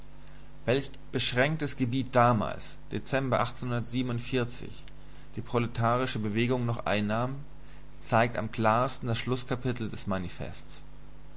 welch beschränktes gebiet damals die proletarische bewegung noch einnahm zeigt am klarsten das schlußkapitel des manifests